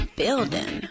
building